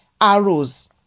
arrows